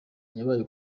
yabaye